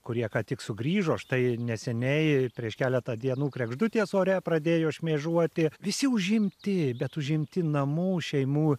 kurie ką tik sugrįžo štai neseniai prieš keletą dienų kregždutės ore pradėjo šmėžuoti visi užimti bet užimti namų šeimų